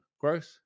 growth